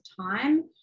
time